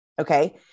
Okay